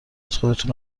خودتونو